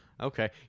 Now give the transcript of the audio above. Okay